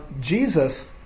Jesus